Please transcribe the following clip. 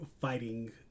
fighting